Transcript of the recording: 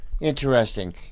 Interesting